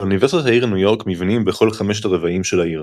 לאוניברסיטת העיר ניו יורק מבנים בכל חמשת הרבעים של העיר.